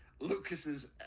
Lucas's